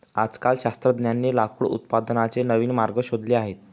आजकाल शास्त्रज्ञांनी लाकूड उत्पादनाचे नवीन मार्ग शोधले आहेत